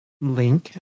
link